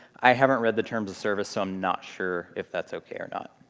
i haven't read the terms of service so i'm not sure if that's okay or not.